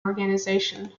organisation